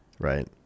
Right